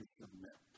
submit